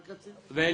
אוקי, תודה.